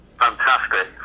Fantastic